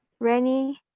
rennie,